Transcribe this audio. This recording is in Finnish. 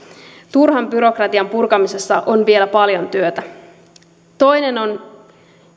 turhan byrokratian purkamisessa on vielä paljon työtä toinen on